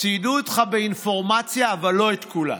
ציידו אותך באינפורמציה, אבל לא בכולה.